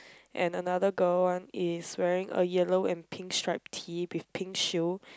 and another girl one is wearing a yellow and pink stripe tee with pink shoes